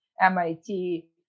MIT